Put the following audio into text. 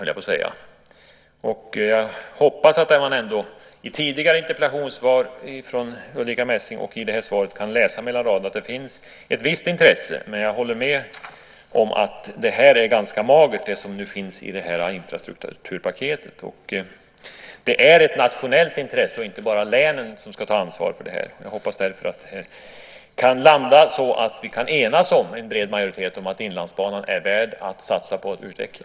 Jag hoppas att man i detta liksom i tidigare interpellationssvar från Ulrica Messing mellan raderna kan utläsa ett visst intresse. Jag håller dock med om att det som nu finns i infrastrukturpaketet är ganska magert. Det gäller ett nationellt intresse, och det är inte bara länen som ska ta ansvar för det här. Jag hoppas därför att vi kan landa på att en bred majoritet kan enas om att Inlandsbanan är värd att satsa på och utveckla.